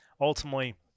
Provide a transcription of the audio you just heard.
Ultimately